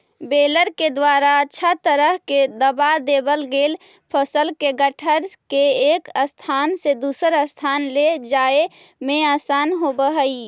baler के द्वारा अच्छा तरह से दबा देवल गेल फसल के गट्ठर के एक स्थान से दूसर स्थान ले जाए में आसान होवऽ हई